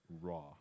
raw